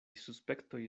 suspektoj